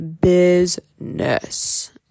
business